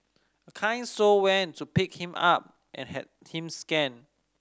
a kind soul went to pick him up and had him scanned